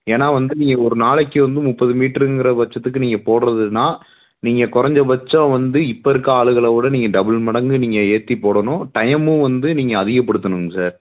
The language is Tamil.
ஏன்னால் வந்து நீங்கள் ஒரு நாளைக்கு வந்து முப்பது மீட்டருங்கிற பட்சத்துக்கு நீங்கள் போடுறதுன்னால் நீங்கள் குறஞ்ச பட்சம் வந்து இப்போ இருக்கற ஆளுகளோடு நீங்கள் டபிள் மடங்கு நீங்கள் ஏற்றி போடணும் டைமும் வந்து நீங்கள் அதிகப்படுத்தணுங்க சார்